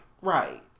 right